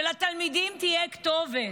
שלתלמידים תהיה כתובת.